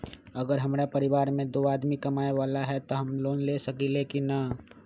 अगर हमरा परिवार में दो आदमी कमाये वाला है त हम लोन ले सकेली की न?